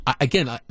again